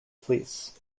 fleece